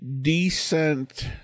decent